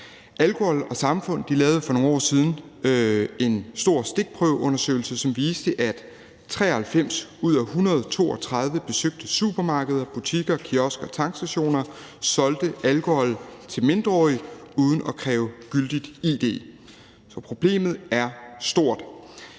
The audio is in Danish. Alkohol & Samfund lavede for nogle år siden en stor stikprøveundersøgelse, som viste, at 93 ud af 132 besøgte supermarkeder, butikker, kiosker og tankstationer solgte alkohol til mindreårige uden at kræve gyldigt id. Så problemet er stort.